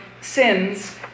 sins